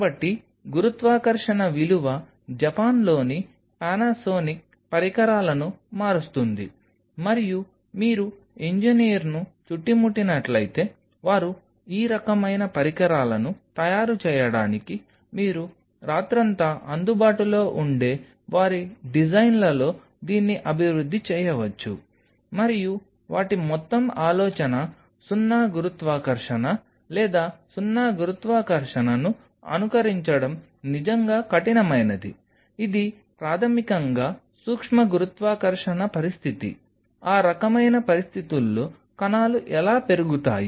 కాబట్టి గురుత్వాకర్షణ విలువ జపాన్లోని పానాసోనిక్ పరికరాలను మారుస్తుంది మరియు మీరు ఇంజనీర్ను చుట్టుముట్టినట్లయితే వారు ఈ రకమైన పరికరాలను తయారు చేయడానికి మీరు రాత్రంతా అందుబాటులో ఉండే వారి డిజైన్లలో దీన్ని అభివృద్ధి చేయవచ్చు మరియు వాటి మొత్తం ఆలోచన సున్నా గురుత్వాకర్షణ లేదా సున్నా గురుత్వాకర్షణను అనుకరించడం నిజంగా కఠినమైనది ఇది ప్రాథమికంగా సూక్ష్మ గురుత్వాకర్షణ పరిస్థితి ఆ రకమైన పరిస్థితుల్లో కణాలు ఎలా పెరుగుతాయి